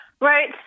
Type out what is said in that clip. Right